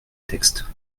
texte